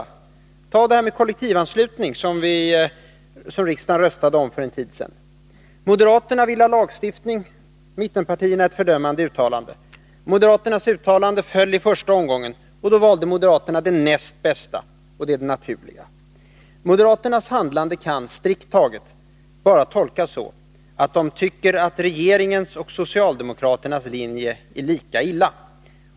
Ta t.ex. frågan om kollektivanslutning, som riksdagen röstade om för en tid sedan. Moderaterna ville ha lagstiftning men mittenpartierna ett fördömande uttalande. Moderaternas förslag föll i första omgången. Då valde moderaterna det näst bästa, vilket var det naturliga. Moderaternas handlande kan strikt taget bara tolkas så, att de tycker att regeringens linje och socialdemokraternas linje är lika illa.